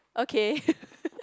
okay